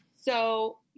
So-